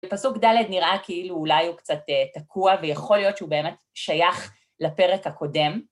‫ופסוק ד' נראה כאילו אולי הוא קצת תקוע, ‫ויכול להיות שהוא באמת שייך לפרק הקודם.